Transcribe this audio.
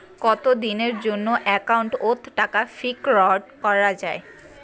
কতদিনের জন্যে একাউন্ট ওত টাকা ফিক্সড করা যায়?